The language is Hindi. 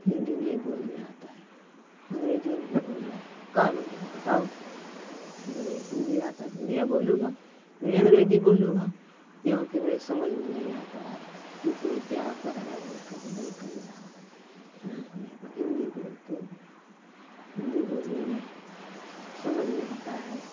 हिन्दी नहीं बोलने आता है अँग्रेजी नहीं बोलने आता है का बोल देवो बताओ मेरे हिन्दी आता हिन्दीयय बोलूँगा नहीं अँग्रेजी बोलूँगा क्योंकि मेरी समझ में नहीं आता कि कोई क्या कह रहा है कहीं नहीं कह रहा है मैं तो हिन्दी बोलती हूँ हिन्दी बोलने में समझ में आता है